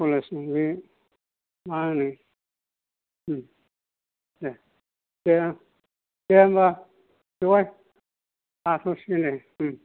college बे मा होनो उम दे दे दे होमबा बेवाइ जाथ'सिगोन नो ओम